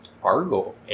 Fargo